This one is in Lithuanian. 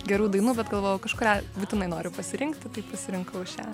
gerų dainų bet galvojau kažkurią būtinai noriu pasirinkti tai pasirinkau šią